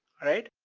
alright?